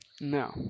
No